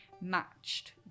matched